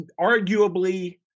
arguably